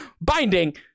binding